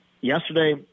yesterday